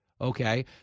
Okay